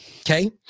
Okay